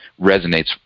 resonates